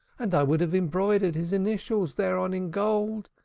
and i would have embroidered his initials thereon in gold,